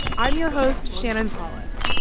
i'm your host, shannon polys.